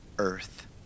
earth